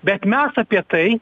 bet mes apie tai